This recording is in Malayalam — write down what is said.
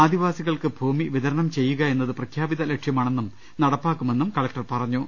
ആദിവാസികൾക്ക് ഭൂമി വിതരണം ചെയ്യുക എന്നത് പ്രഖ്യാപിത ലക്ഷ്യമാണെന്നും നടപ്പാക്കുമെന്നും കലക്ടർ പറഞ്ഞു